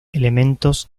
elementos